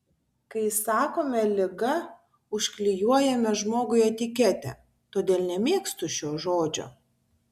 kai sakome liga užklijuojame žmogui etiketę todėl nemėgstu šio žodžio